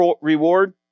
reward